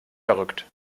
verrückt